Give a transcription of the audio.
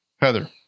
Heather